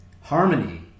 Harmony